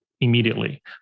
immediately